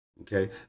Okay